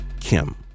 Kim